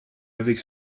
avec